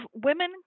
women